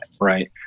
right